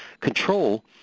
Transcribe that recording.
control